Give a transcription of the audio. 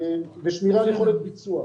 ושמירה על יכולת ביצוע.